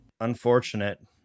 Unfortunate